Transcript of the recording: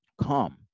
come